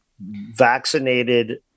vaccinated